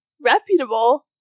reputable